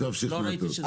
עכשיו שכנעת אותי.